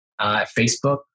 Facebook